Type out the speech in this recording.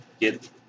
get